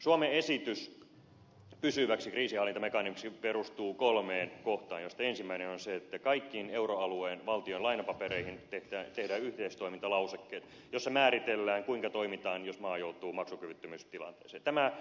suomen esitys pysyväksi kriisinhallintamekanismiksi perustuu kolmeen kohtaan joista ensimmäinen on se että kaikkiin euroalueen valtioiden lainapapereihin tehdään yhteistoimintalausekkeet joissa määritellään kuinka toimitaan jos maa joutuu maksukyvyttömyystilanteeseen